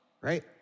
right